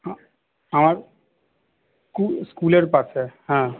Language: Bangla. আর স্কুলের পাশে হ্যাঁ